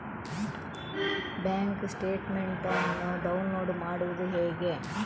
Bank statement ಅನ್ನು download ಮಾಡುವುದು ಹೇಗೆ?